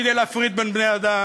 כדי להפריד בין בני-אדם,